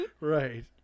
Right